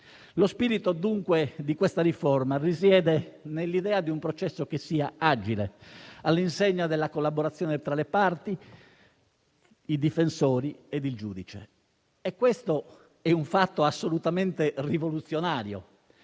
Lo spirito di questa riforma risiede dunque nell'idea di un processo che sia agile e all'insegna della collaborazione tra le parti, i difensori e il giudice. Questo è un fatto assolutamente rivoluzionario,